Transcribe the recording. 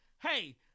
Hey